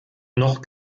noch